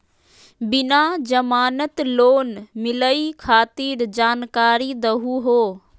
बिना जमानत लोन मिलई खातिर जानकारी दहु हो?